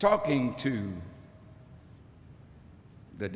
talking to the